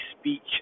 speech